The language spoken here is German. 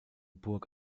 burg